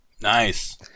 Nice